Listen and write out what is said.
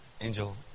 Angel